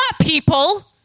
people